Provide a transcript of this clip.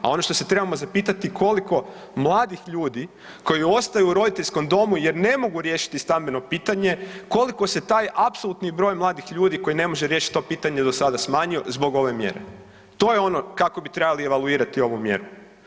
A ono što se trebamo zapitati koliko mladih ljudi koji ostaju u roditeljskom domu jer ne mogu riješiti stambeno pitanje, koliko se taj apsolutni broj mladih ljudi koji ne može riješiti to do sada smanjio zbog ove mjere, to je ono kako bi trebali evaluirati ovu mjeru.